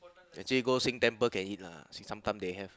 actually go sing temple can eat lah see sometime they have